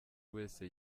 wese